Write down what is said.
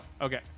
Okay